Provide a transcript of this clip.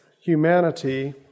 humanity